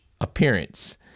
appearance